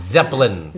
Zeppelin